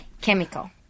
chemical